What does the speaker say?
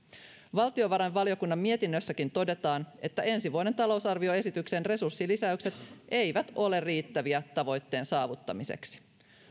valtiovarainvaliokunnan mietinnössäkin todetaan että ensi vuoden talousarvioesityksen resurssilisäykset eivät ole riittäviä tavoitteen saavuttamiseksi